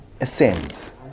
ascends